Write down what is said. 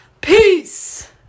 peace